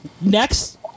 Next